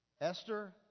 Esther